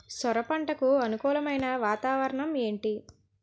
సొర పంటకు అనుకూలమైన వాతావరణం ఏంటి?